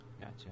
Gotcha